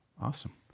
Awesome